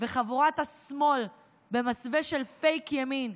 וחבורת השמאל במסווה של פייק ימין,